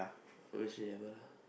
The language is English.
obviously level lah